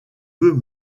veux